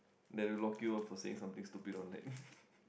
that they will lock you up for saying something stupid online